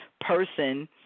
person –